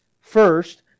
first